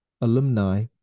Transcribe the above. alumni